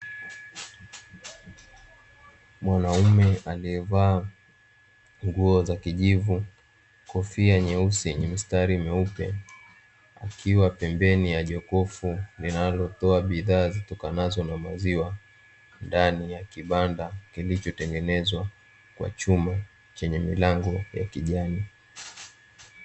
Mwanaume aliyevaa nguo za kijivu, kofia nyeusi yenye mistari myeupe, akiwa pembeni ya jokofu linalotoa bidhaa zitokanazo na maziwa ndani ya kibanda kilichotengenezwa kwa chuma, chenye milango ya kijani.